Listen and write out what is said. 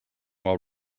while